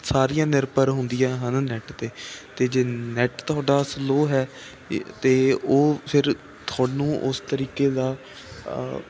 ਸਾਰੀਆਂ ਨਿਰਭਰ ਹੁੰਦੀਆਂ ਹਨ ਨੈੱਟ 'ਤੇ ਅਤੇ ਜੇ ਨੈੱਟ ਤੁਹਾਡਾ ਸਲੋ ਹੈ ਅਤੇ ਉਹ ਫਿਰ ਤੁਹਾਨੂੰ ਉਸ ਤਰੀਕੇ ਦਾ